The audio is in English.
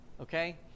Okay